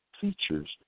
features